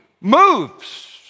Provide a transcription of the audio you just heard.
moves